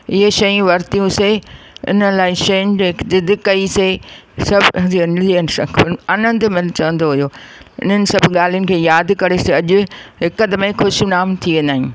इहे शयूं वरतियुसीं इन लाइ शयुनि जेके ज़िद कई सी आनंदमल चवंदो हुयो हिननि सभु ॻाल्हियुनि खे यादि करे अॼु हिकदमि ख़ुशि नाम थी वेंदा आहियूं